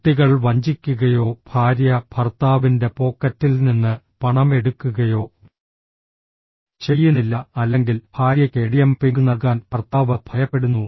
കുട്ടികൾ വഞ്ചിക്കുകയോ ഭാര്യ ഭർത്താവിന്റെ പോക്കറ്റിൽ നിന്ന് പണം എടുക്കുകയോ ചെയ്യുന്നില്ല അല്ലെങ്കിൽ ഭാര്യയ്ക്ക് എടിഎം പിംഗ് നൽകാൻ ഭർത്താവ് ഭയപ്പെടുന്നു